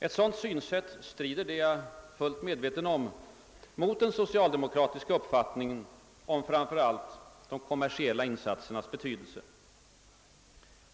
Ett sådant synsätt — det är jag fullt medveten om — strider mot den socialdemokratiska uppfattningen om framför allt de kommersiella insatsernas betydelse.